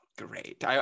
Great